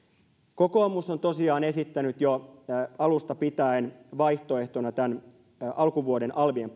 kokoomus on tosiaan esittänyt jo alusta pitäen vaihtoehtona alkuvuoden alvien